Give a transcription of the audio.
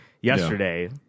yesterday